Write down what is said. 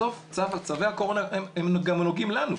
בסוף צווי הקורונה הם הנוגעים לנו.